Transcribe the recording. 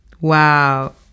Wow